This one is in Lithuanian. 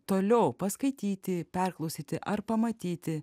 toliau paskaityti perklausyti ar pamatyti